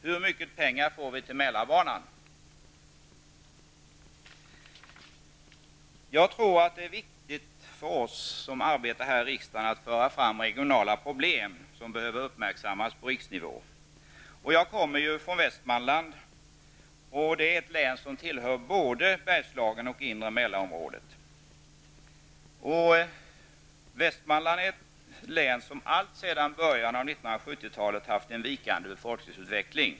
Hur mycket pengar får vi till Jag tror att det är viktigt för oss som arbetar här i riksdagen att föra fram regionala problem som behöver uppmärksammas på riksnivå. Jag kommer från Västmanland. Det är ett län som tillhör både Bergslagen och inre Mälarområdet. Västmanland är ett län som alltsedan början av 1970-talet haft en vikande befolkningsutveckling.